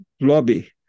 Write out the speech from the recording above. lobby